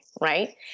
right